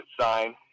sign